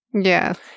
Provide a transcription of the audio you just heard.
Yes